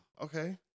okay